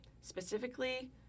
Specifically